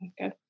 Okay